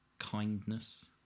kindness